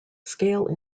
scale